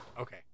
Okay